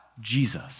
Jesus